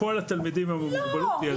לכל התלמידים עם מוגבלות --- לא.